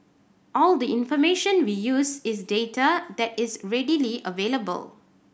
all the information we use is data that is readily available